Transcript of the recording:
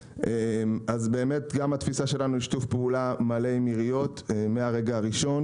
אז באמת גם התפיסה שלנו היא שיתוף פעולה מלא עם העיריות מהרגע הראשון,